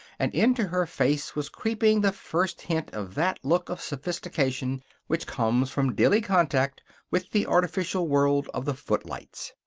and into her face was creeping the first hint of that look of sophistication which comes from daily contact with the artificial world of the footlights.